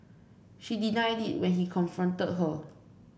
she denied it when he confronted her